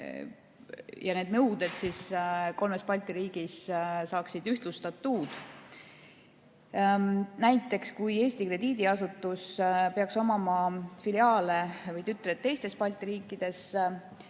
Ja need nõuded kolmes Balti riigis saaksid ühtlustatud. Näiteks kui Eesti krediidiasutus peaks omama filiaale või tütreid teistes Balti riikides,